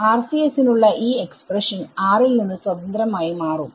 RCS നുള്ള ഈ expression r ൽ നിന്ന് സ്വതന്ത്രം ആയി മാറും